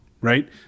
right